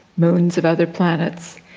moons of other planets.